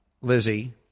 Lizzie